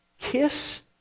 kiss